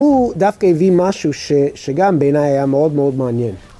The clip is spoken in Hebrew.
הוא דווקא הביא משהו שגם בעיניי היה מאוד מאוד מעניין.